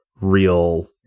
real